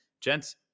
gents